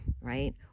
right